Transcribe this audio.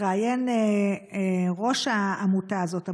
התראיין ראש העמותה הזאת,